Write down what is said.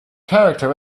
character